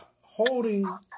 holding